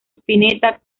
spinetta